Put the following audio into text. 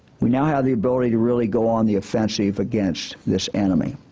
we now have the ability to really go on the offensive against this enemy.